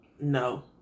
no